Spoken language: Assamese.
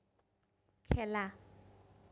খেলা